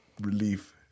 relief